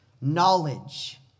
knowledge